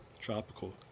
Tropical